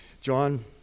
John